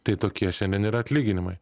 tai tokie šiandien yra atlyginimai